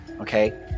Okay